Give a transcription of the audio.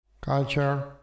culture